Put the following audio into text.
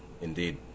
indeed